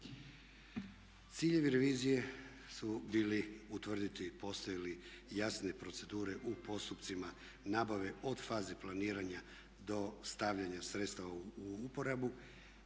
Ciljevi revizije su bili utvrditi postoje li jasne procedure u postupcima nabave od faze planiranja do stavljanja sredstava u uporabu,